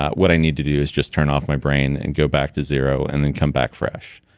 ah what i need to do is just turn off my brain and go back to zero, and then come back fresh.